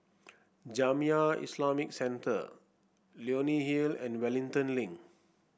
Jamiyah Islamic Centre Leonie Hill and Wellington Link